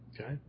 okay